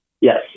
Yes